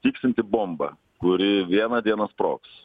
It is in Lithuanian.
tiksinti bomba kuri vieną dieną sprogs